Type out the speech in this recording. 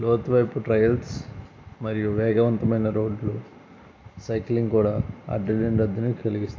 లోతువైపు trials మరియు వేగవంతమైన రోడ్లు సైక్లింగ్ కూడా ఆడ్రలిన్ రద్దీని కలిగిస్తుంది